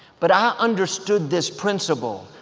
but i understood this principle,